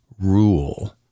rule